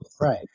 Right